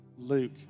Luke